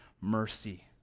mercy